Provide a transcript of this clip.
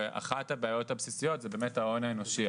ואחת הבעיות הבסיסיות היא באמת ההון האנושי,